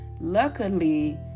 luckily